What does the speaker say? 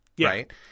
right